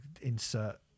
insert